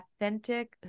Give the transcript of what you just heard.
authentic